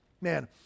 Man